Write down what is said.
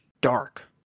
dark